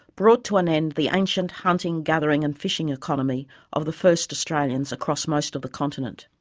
brought to an end the ancient hunting, gathering and fishing economy of the first australians across most of the continent.